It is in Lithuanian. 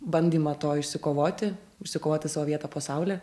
bandymą to išsikovoti išsikovoti savo vietą po saule